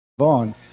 on